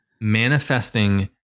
manifesting